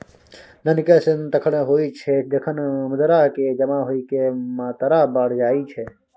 धन के सृजन तखण होइ छै, जखन मुद्रा के जमा होइके मात्रा बढ़ि जाई छै